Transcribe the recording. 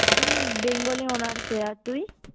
আমি বেঙ্গলি অনার্সে আর তুই